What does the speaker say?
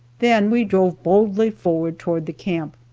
then we drove boldly forward toward the camp.